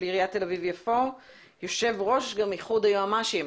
עיריית תל אביב-יפו ויושב ראש איחוד היועצים המשפטיים.